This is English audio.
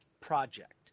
project